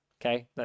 Okay